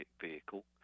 vehicle